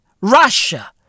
Russia